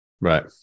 Right